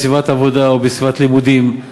בסביבת עבודה או בסביבת לימודים,